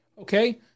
Okay